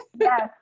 Yes